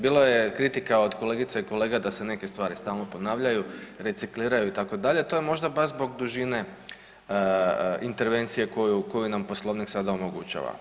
Bilo je kritika od kolegica i kolega da se neke stvari stalno ponavljaju i recikliraju, itd., to je možda baš zbog dužine intervencije koju, koju nam Poslovnik sada omogućava.